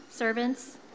Servants